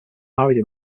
married